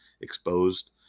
exposed